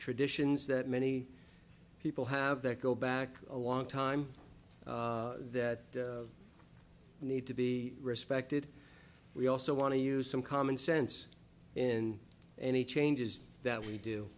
traditions that many people have that go back a long time that need to be respected we also want to use some common sense in any changes that we do